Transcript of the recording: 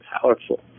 powerful